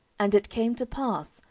and it came to pass,